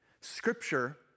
Scripture